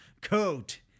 coat